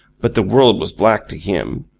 but the world was black to him.